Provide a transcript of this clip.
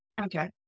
Okay